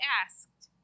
asked